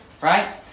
right